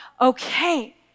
okay